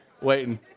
Waiting